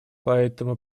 поэтому